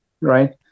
right